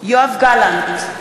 יואב גלנט,